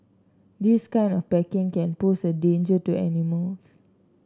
this kind of packing can pose a danger to animals